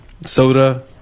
soda